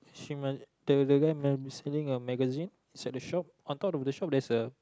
human the the guy the seeing the magazine at the shop on top of the shop there's a